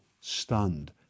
stunned